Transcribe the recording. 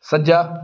ਸੱਜਾ